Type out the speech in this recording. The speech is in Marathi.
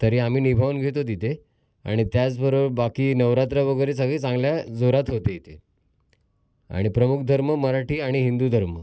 तरी आम्ही निभावून घेतो तिथे आणि त्याचबरोबर बाकी नवरात्र वगैरे सगळी चांगल्या जोरात होते इथे आणि प्रमुख धर्म मराठी आणि हिंदू धर्म